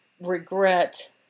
regret